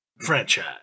franchise